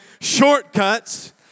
Shortcuts